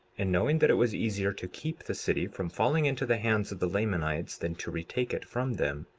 and knowing that it was easier to keep the city from falling into the hands of the lamanites than to retake it from them,